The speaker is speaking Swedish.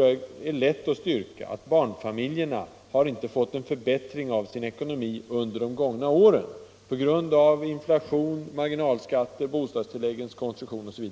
Jag nämnde att barnfamiljerna inte har fått någon förbättring av sin ekonomi under de gångna åren på grund av inflation, marginalskatter, bostadstilläggens konstruktion osv.